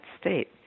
state